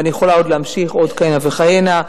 ואני יכולה עוד להמשיך כהנה וכהנה.